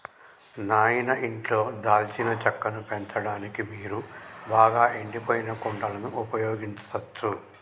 నాయిన ఇంట్లో దాల్చిన చెక్కను పెంచడానికి మీరు బాగా ఎండిపోయిన కుండలను ఉపయోగించచ్చు